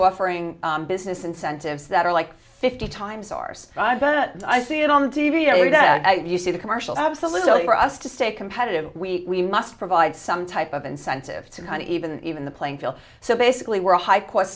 offering business incentives that are like fifty times ours i see it on t v every day you see the commercials absolutely for us to stay competitive we must provide some type of incentive to kind of even even the playing field so basically we're a high cost